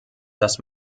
das